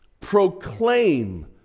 proclaim